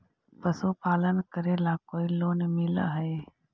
पशुपालन करेला कोई लोन मिल हइ?